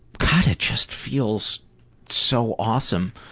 but it just feels so awesome.